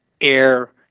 air